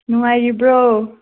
ꯅꯨꯡꯉꯥꯏꯔꯤꯕ꯭ꯔꯣ